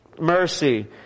mercy